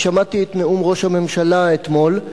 שמעתי את נאום ראש הממשלה אתמול.